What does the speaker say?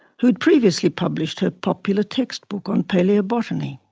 who had previously published her popular textbook on palaeobotany.